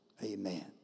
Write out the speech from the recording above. Amen